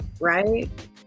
Right